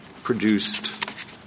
Produced